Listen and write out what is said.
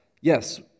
yes